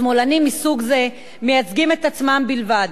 השמאלנים מסוג זה מייצגים את עצמם בלבד,